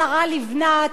השרה לבנת,